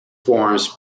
forms